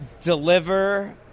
deliver